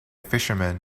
fishermen